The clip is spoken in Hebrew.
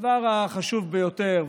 שהדבר החשוב ביותר,